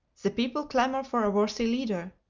the people clamor for a worthy leader.